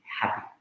happy